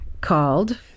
called